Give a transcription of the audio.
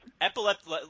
Epileptic